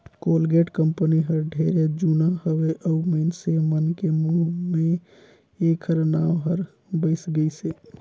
Colgate company हर ढेरे जुना हवे अऊ मइनसे मन के मुंह मे ऐखर नाव हर बइस गइसे